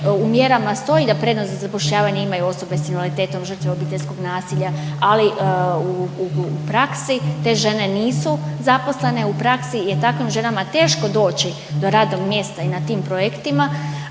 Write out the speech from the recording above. u mjerama stoji da prednost za zapošljavanje imaju osobe s invaliditetom, žrtve obiteljskog nasilja, ali u praksi te žene nisu zaposlene, u praksi je takvim ženama teško doći do radnog mjesta i na tim projektima.